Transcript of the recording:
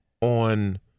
on